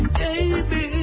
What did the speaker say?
baby